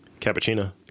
Cappuccino